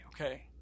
okay